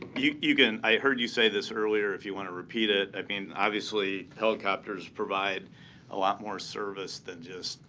you you can i heard you say this earlier if you want to repeat it. i mean, obviously, helicopters provide a lot more service than just